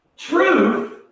Truth